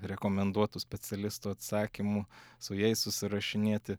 rekomenduotų specialistų atsakymų su jais susirašinėti